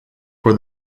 for